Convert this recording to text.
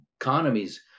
economies